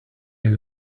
you